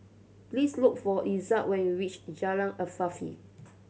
please look for Ezzard when you reach Jalan Afifi